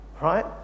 right